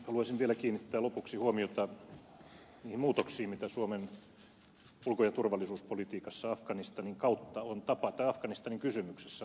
haluaisin vielä kiinnittää lopuksi huomiota niihin muutoksiin joita suomen ulko ja turvallisuuspolitiikassa afganistanin kysymyksessä on tapahtunut